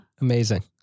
Amazing